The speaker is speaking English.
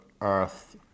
earth